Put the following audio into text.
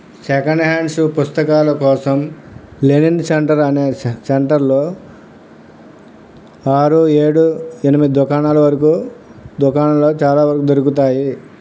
second hands పుస్తకాల కోసం Lenin center అనే సెంటర్లో ఆరు ఏడు ఎనిమిది దుకాణాల వరకు దుకాణంలో చాలా వరకు దొరుకుతాయి